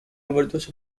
overdose